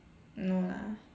no lah